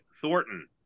Thornton